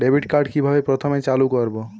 Debit card কিভাবে প্রথমে চালু করব?